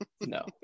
No